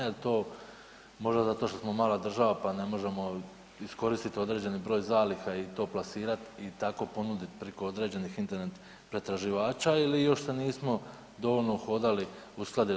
Jel' to možda zato što smo mala država, pa ne možemo iskoristiti određeni broj zaliha i to plasirati i tako ponuditi preko određenih internetskih pretraživača ili još se nismo dovoljno uhodali, uskladili?